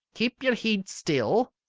keep your heid still.